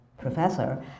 professor